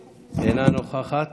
אינה נוכחת,